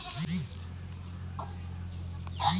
কৃষি ঋণের জন্য আবেদন করব কোন ফর্ম কিভাবে পূরণ করব?